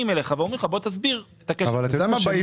אליך ומבקשים שתסביר את הקשר הסיבתי.